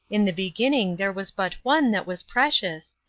in the beginning there was but one that was precious,